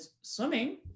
swimming